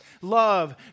Love